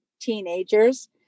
Teenagers